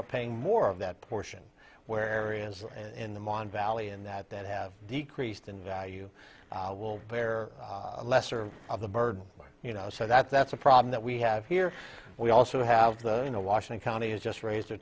up paying more of that portion where areas in the mon valley in that that have decreased in value will bear lesser of the burden you know so that that's a problem that we have here we also have the you know washing counties just raise their